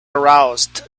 aroused